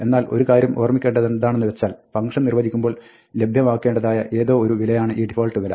എന്നാൽ ഒരു കാര്യം ഓർമ്മിക്കേണ്ടതെന്താണെന്ന് വെച്ചാൽ ഫംഗ്ഷൻ നിർവ്വചിക്കുമ്പോൾ ലഭ്യമാക്കേണ്ടതായ ഏതോ ഒരു വിലയാണ് ഈ ഡിഫാൾട്ട് വില